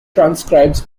transcribes